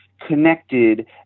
connected